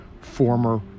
former